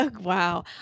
Wow